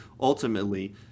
ultimately